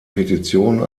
petition